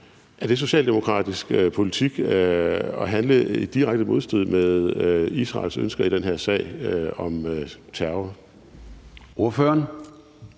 Er det socialdemokratisk politik at handle i direkte modstrid med Israels ønsker i den her sag om terror? Kl.